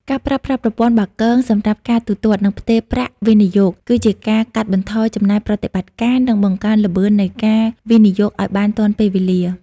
ការប្រើប្រាស់ប្រព័ន្ធបាគងសម្រាប់ការទូទាត់ និងផ្ទេរប្រាក់វិនិយោគ គឺជាការកាត់បន្ថយចំណាយប្រតិបត្តិការ និងបង្កើនល្បឿននៃការវិនិយោគឱ្យបានទាន់ពេលវេលា។